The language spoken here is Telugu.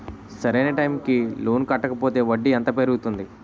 సరి అయినా టైం కి లోన్ కట్టకపోతే వడ్డీ ఎంత పెరుగుతుంది?